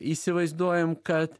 įsivaizduojam kad